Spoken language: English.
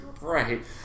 Right